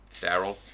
Daryl